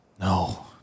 no